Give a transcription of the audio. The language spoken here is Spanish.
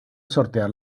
sortear